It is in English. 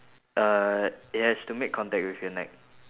uh it has to make contact with your neck